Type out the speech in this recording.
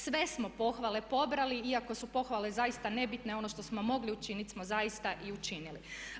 Sve smo pohvale pobrali iako su pohvale zaista nebitne, ono što smo mogli učiniti smo zaista i učinili.